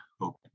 hope